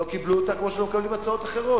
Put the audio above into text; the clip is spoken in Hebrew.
לא קיבלו אותה כמו שלא מקבלים הצעות אחרות.